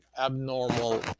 abnormal